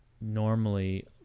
normally